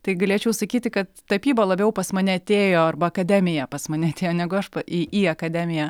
tai galėčiau sakyti kad tapyba labiau pas mane atėjo arba akademija pas mane atėjo negu aš pa į į akademiją